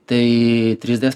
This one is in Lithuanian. tai trys d